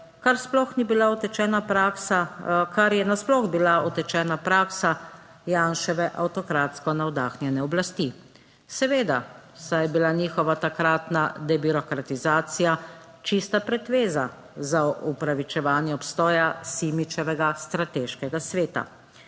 kar je nasploh bila utečena praksa Janševe avtokratsko navdahnjene oblasti. Seveda, saj je bila njihova takratna debirokratizacija čista pretveza za opravičevanje obstoja Simičevega strateškega sveta.